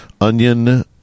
onion